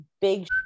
big